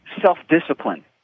self-discipline